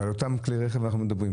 ועל אותם כלי רכב אנחנו מדברים.